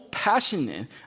passionate